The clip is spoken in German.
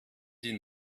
die